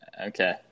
Okay